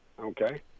okay